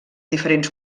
diferents